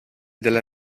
della